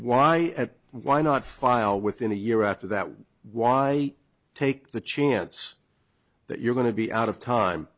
why why not file within a year after that why take the chance that you're going to be out of time